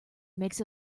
makes